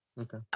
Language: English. okay